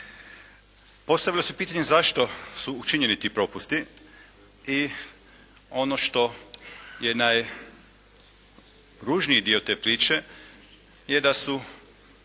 Postavlja se pitanje zašto su učinjeni ti propusti i ono što je najružniji dio te priče je da su